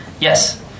Yes